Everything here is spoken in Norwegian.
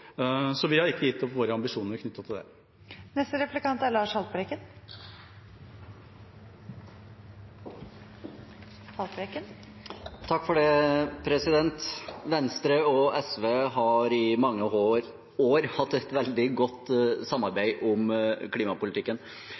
så vi har ikke gitt opp våre ambisjoner knyttet til dette. Venstre og SV har i mange år hatt et veldig godt samarbeid om klimapolitikken.